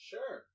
Sure